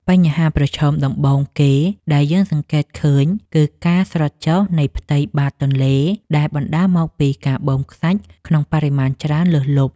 បញ្ហាចម្បងដំបូងគេដែលយើងសង្កេតឃើញគឺការស្រុតចុះនៃផ្ទៃបាតទន្លេដែលបណ្តាលមកពីការបូមខ្សាច់ក្នុងបរិមាណច្រើនលើសលប់។